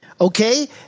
Okay